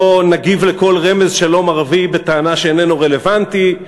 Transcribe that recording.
לא נגיב לכל רמז שלום ערבי בטענה שאיננו רלוונטי,